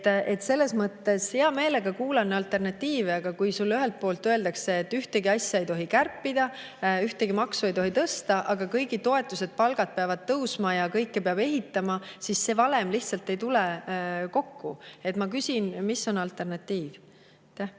ja nii edasi. Hea meelega kuulan alternatiive. Aga kui sulle öeldakse, et ühtegi asja ei tohi kärpida ja ühtegi maksu ei tohi tõsta, aga kõigi toetused ja palgad peavad tõusma ning kõike peab ehitama, siis see valem lihtsalt ei tule kokku. Ma küsin, mis on alternatiiv.